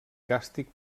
càstig